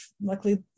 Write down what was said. Luckily